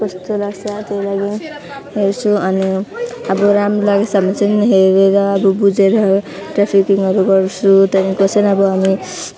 कस्तो लाग्छ त्यही लागि हेर्छु अनि अब राम्रो लागेछ भने चाहिँ हेरेर अब बुझेर ट्राफिकिङहरू गर्छु त्यहाँदेखिको चाहिँ अब हामी